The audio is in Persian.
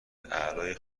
اعلای